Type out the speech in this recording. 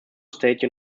state